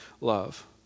love